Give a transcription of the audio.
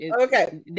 Okay